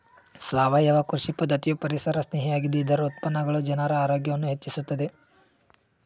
ಸಾವಯವ ಕೃಷಿ ಪದ್ಧತಿಯು ಪರಿಸರಸ್ನೇಹಿ ಆಗಿದ್ದು ಇದರ ಉತ್ಪನ್ನಗಳು ಜನರ ಆರೋಗ್ಯವನ್ನು ಹೆಚ್ಚಿಸುತ್ತದೆ